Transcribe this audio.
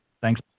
Thanks